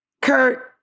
Kurt